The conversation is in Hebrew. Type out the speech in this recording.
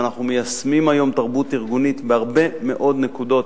אנחנו מיישמים היום תרבות ארגונית בהרבה מאוד נקודות.